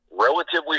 relatively